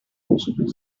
history